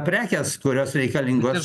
prekės kurios reikalingos